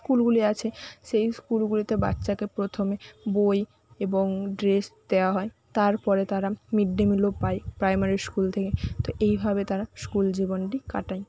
স্কুলগুলি আছে সেই স্কুলগুলিতে বাচ্চাকে প্রথমে বই এবং ড্রেস দেওয়া হয় তারপরে তারা মিড ডে মিলও পায় প্রাইমারি স্কুল থেকে তো এইভাবে তারা স্কুল জীবনটি কাটায়